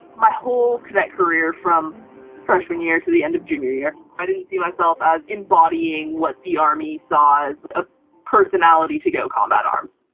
my whole cadet career, from freshman year to the end of junior year, i didn't see myself as embodying what the army saw as a personality to go combat arms.